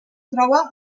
troba